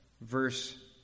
verse